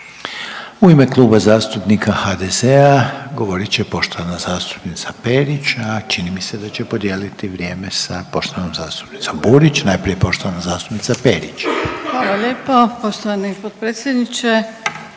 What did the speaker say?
U ime Kluba zastupnika HDZ-a govorit će poštovana zastupnica Perić, a čini mi se da će podijeliti vrijeme sa poštovanom zastupnicom Burić. Najprije poštovana zastupnica Perić. **Perić, Grozdana (HDZ)** Hvala lijepo. Poštovani potpredsjedniče,